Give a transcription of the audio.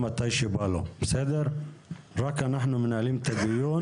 כמה כסף הם יוציאו?